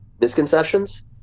Misconceptions